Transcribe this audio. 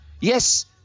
yes